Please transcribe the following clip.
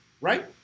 Right